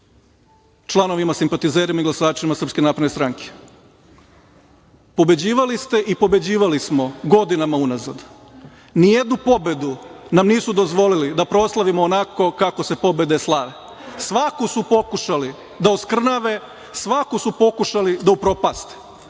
članovima, simpatizerima i glasačima SNS. Pobeđivali ste i pobeđivali smo godinama unazad. Ni jednu pobedu nam nisu dozvolili da proslavimo onako kako se pobede slave. Svaku su pokušali da oskrnave, svaku su pokušali da upropaste.